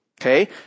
okay